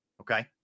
Okay